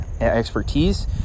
expertise